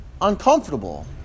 uncomfortable